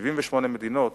78 מדינות